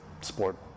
sport